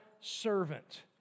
servant